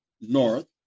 North